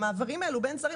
במעברים האלו בין שרים,